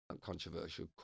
controversial